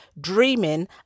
dreaming